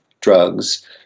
drugs